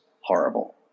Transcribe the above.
horrible